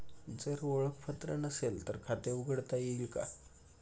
जर ओळखपत्र नसेल तर खाते उघडता येईल का?